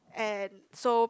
and so